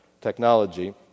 technology